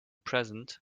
present